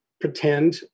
pretend